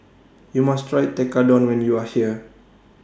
YOU must Try Tekkadon when YOU Are here